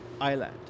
island